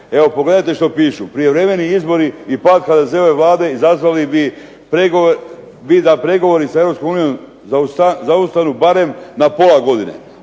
Evo pogledajte što pišu, prijevremeni izbori i pad HDZ-ove Vlade izazvali bi da pregovori sa Europskom unijom zaustanu barem na pola godine,